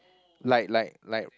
like like like